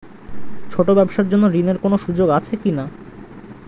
ছোট ব্যবসার জন্য ঋণ এর কোন সুযোগ আছে কি না?